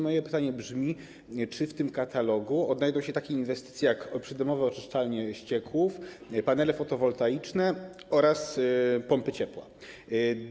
Moje pytanie brzmi: Czy w tym katalogu znajdą się takie inwestycje jak przydomowe oczyszczalnie ścieków, panele fotowoltaiczne oraz pompy ciepła?